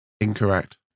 Incorrect